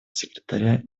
секретаря